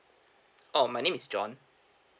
orh my name is john